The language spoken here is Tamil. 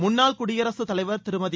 முன்னாள் குடியரசுத் தலைவர் திருமதி